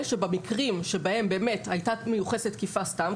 שבמקרים שבהם באמת הייתה מיוחסת תקיפה סתם,